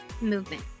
movement